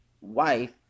wife